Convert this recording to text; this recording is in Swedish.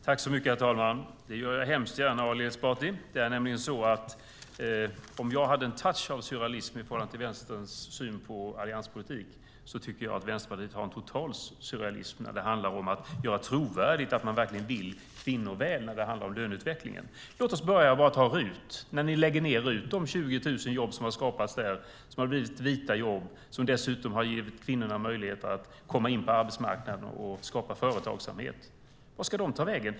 Herr talman! Det gör jag gärna, Ali Esbati. Om jag hade en touch av surrealism i förhållande till Vänsterns syn på allianspolitik tycker jag nämligen att Vänsterpartiet har en total surrealism i fråga om att göra trovärdigt att man verkligen vill kvinnor väl när det handlar om löneutvecklingen. Låt oss börja med RUT. När ni lägger ned RUT med de 20 000 jobb som har skapats där, som har blivit vita jobb och som dessutom har givit kvinnorna möjligheter att komma in på arbetsmarknaden och skapa företagsamhet - vart ska de ta vägen?